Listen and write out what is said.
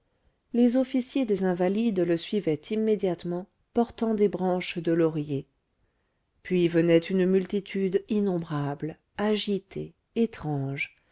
les officiers des invalides le suivaient immédiatement portant des branches de laurier puis venait une multitude innombrable agitée étrange